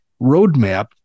roadmap